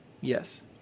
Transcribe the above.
Yes